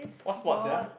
what sport sia